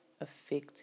affect